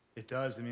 it does.